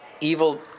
evil